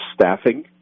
staffing